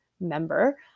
member